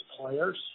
players